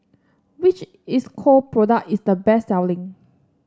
which Isocal product is the best selling